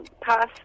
Pass